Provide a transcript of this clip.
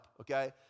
okay